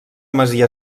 masia